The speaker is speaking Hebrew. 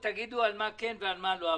תגידו על מה כן ועל מה לא.